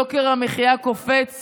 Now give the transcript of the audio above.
יוקר המחיה קופץ